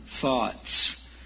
thoughts